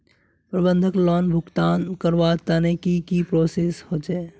प्रबंधन लोन भुगतान करवार तने की की प्रोसेस होचे?